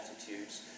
attitudes